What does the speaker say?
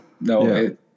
no